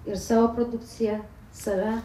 ir savo produkciją save